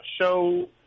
show